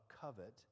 covet